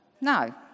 No